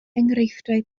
enghreifftiau